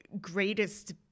greatest